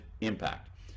impact